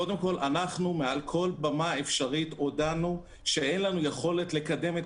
מעל כל במה אפשרית הודענו שאין לנו יכולת לקדם את